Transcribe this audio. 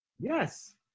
Yes